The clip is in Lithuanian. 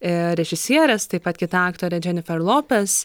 ir režisierės taip pat kita aktorė dženifer lopez